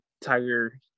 Tiger –